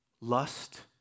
lust